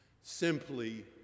Simply